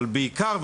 אבל בעיקר,